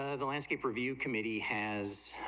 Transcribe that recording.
ah the landscape review committee has,